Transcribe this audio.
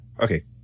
Okay